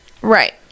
right